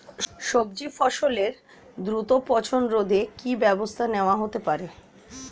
সবজি ফসলের দ্রুত পচন রোধে কি ব্যবস্থা নেয়া হতে পারে?